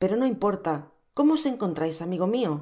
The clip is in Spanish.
pero no importal como os encontrais amigo mio